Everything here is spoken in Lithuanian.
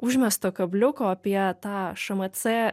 užmesto kabliuko apie tą šmc